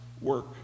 work